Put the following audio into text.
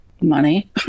Money